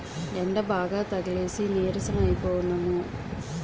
యెండబాగా తగిలేసి నీరసం అయిపోనము